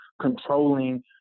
Controlling